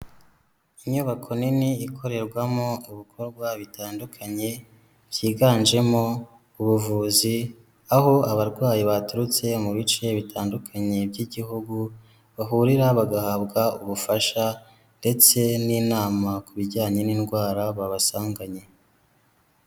Inyubako nini ikorerwamo ibikorwa bitandukanye, byiganjemo ubuvuzi, aho abarwayi baturutse mu bice bitandukanye by'igihugu, bahurira bagahabwa ubufasha ndetse n'inama ku bijyanye n'indwara babasanganye.